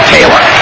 Taylor